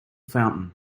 fountain